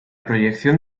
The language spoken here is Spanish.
proyección